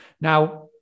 Now